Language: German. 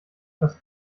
fast